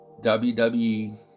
WWE